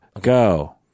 Go